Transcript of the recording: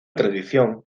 tradición